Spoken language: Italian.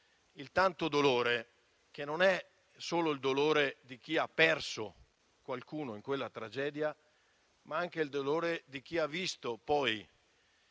il tanto dolore, che non è solo il dolore di chi ha perso qualcuno in quella tragedia, ma è anche il dolore di chi ha visto poi